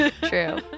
True